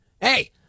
hey